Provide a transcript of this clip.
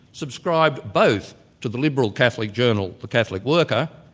subscribed both to the liberal catholic journal, the catholic worker,